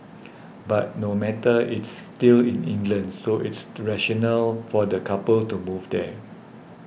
but no matter it's still in England so it's still rational for the couple to move there